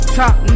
top